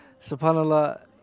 Subhanallah